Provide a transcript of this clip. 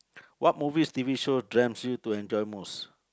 what movies t_v show do you enjoy most